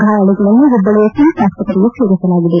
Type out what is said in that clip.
ಗಾಯಾಳುಗಳನ್ನು ಹುಬ್ಬಳ್ಳಿಯ ಕಿಮ್ನ್ ಆಸ್ಪತ್ರೆಗೆ ಸೇರಿಸಲಾಗಿದೆ